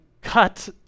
cut